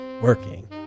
working